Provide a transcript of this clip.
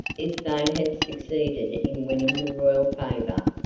if they had succeeded in winning the royal favor,